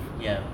ya